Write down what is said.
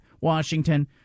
Washington